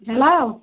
hello